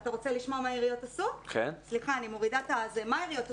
אתה רוצה לשמוע מה העיריות עשו?